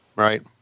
Right